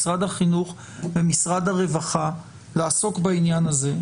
משרד החינוך ומשרד הרווחה לעסוק בעניין הזה.